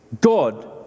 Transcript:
God